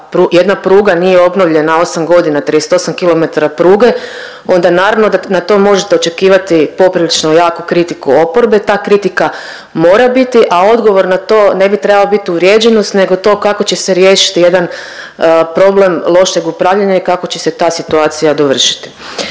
jedna pruga nije obnovljena 8 godina 38 kilometara pruge onda naravno da na to možete očekivati poprilično jaku kritiku oporbe, ta kritika mora biti, a odgovor na to ne bi trebala biti uvrijeđenost nego to kako će se riješiti jedan problem lošeg upravljanja i kako će se ta situacija dovršiti.